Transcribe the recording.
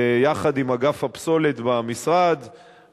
יחד עם אגף הפסולת במשרד,